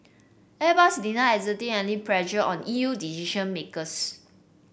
Airbus denied exerting any pressure on E U decision makers